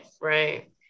right